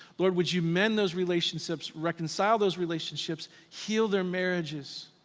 lord, would you mend those relationships, reconcile those relationships, heal their marriages?